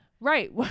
Right